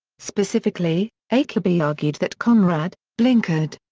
specifically, achebe argued that conrad, blinkered.